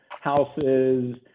houses